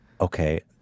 Okay